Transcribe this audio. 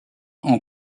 ont